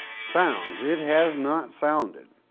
sounds, it has not sounded.